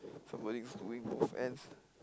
somebody's doing both ends